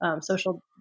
social